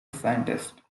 scientist